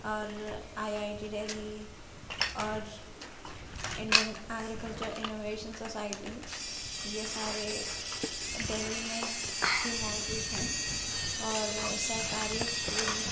اور I I T Delhi اور Indian agriculture innovation society یہ سارے دہلی میں ہی موجود ہیں اور سرکاری اسکول